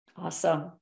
Awesome